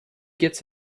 gets